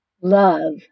love